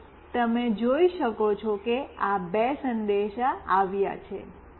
તેથી તમે જોઈ શકો છો કે બે સંદેશા આવ્યા છે